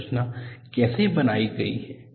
संरचना कैसे बनाई गई है